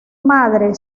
madre